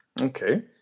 Okay